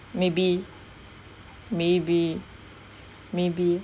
maybe maybe maybe